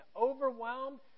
overwhelmed